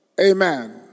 Amen